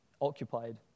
occupied